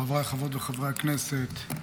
חבריי חברות וחברי הכנסת,